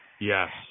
Yes